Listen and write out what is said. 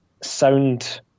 sound